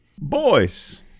Boys